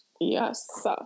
Yes